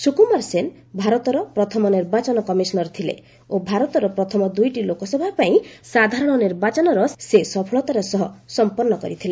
ସୁକୁମାର ସେନ ଭାରତର ପ୍ରଥମ ନିର୍ବାଚନ କମିଶନର ଥିଲେ ଓ ଭାରତର ପ୍ରଥମ ଦୁଇଟି ଲୋକସଭା ପାଇଁ ସାଧାରଣ ନିର୍ବାଚନର ସେ ସଫଳତାର ସହ ସଂପନ୍ନ କରିଥିଲେ